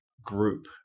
group